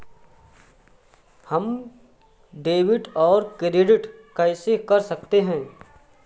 हम डेबिटऔर क्रेडिट कैसे कर सकते हैं?